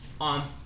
on